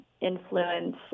influence